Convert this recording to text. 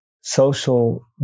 social